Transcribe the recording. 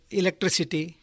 electricity